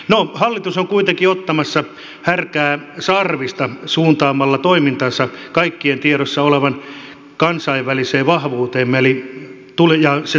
no hallitus on kuitenkin ottamassa härkää sarvista suuntaamalla toimintansa kaikkien tiedossa olevaan kansainväliseen vahvuuteemme ja sen tulevaisuuteen eli metsään